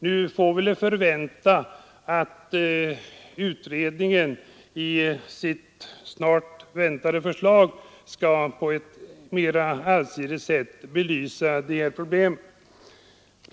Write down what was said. Vi kan väl förvänta att utredningen i sitt förslag, som väntas inom kort, på ett mera allsidigt sätt skall belysa de här problemen.